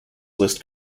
list